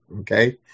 Okay